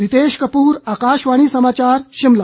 रितेश कपूर आकाशवाणी समाचार शिमला